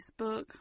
Facebook